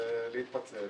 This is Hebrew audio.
להתפצל